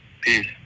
Peace